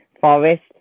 Forest